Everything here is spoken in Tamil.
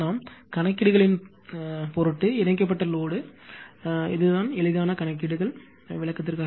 நம் கணக்கீடுகளின் பொருட்டு இணைக்கப்பட்ட லோடு இதுதான் எளிதான கணக்கீடுகள் விளக்கத்திற்காக